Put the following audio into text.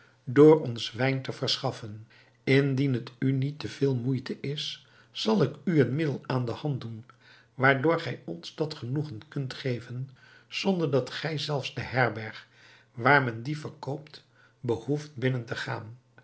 door ons wijn te verschaffen indien het u niet veel moeite is zal ik u een middel aan de hand doen waardoor gij ons dat genoegen kunt geven zonder dat gij zelfs de herberg waar men dien verkoopt behoeft binnen te gaan